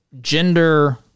gender